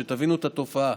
תבינו את התופעה.